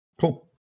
Cool